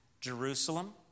Jerusalem